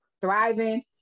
thriving